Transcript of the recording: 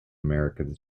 americans